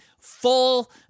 full